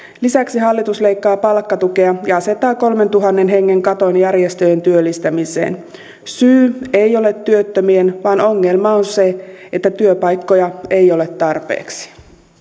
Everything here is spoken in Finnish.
lisäksi hallitus leikkaa palkkatukea ja asettaa kolmentuhannen hengen katon järjestöjen työllistämiseen syy ei ole työttömien vaan ongelma on se että työpaikkoja ei ole tarpeeksi